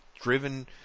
driven